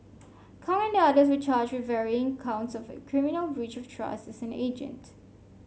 Kong and the others were charged with varying counts of criminal breach of trust as an agent